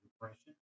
depression